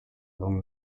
along